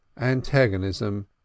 Antagonism